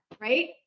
Right